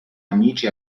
amici